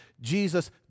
Jesus